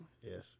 Yes